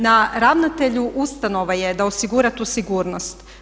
Na ravnatelju ustanova je da osigura tu sigurnost.